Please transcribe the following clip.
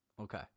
Okay